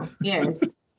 Yes